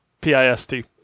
P-I-S-T